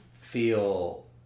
feel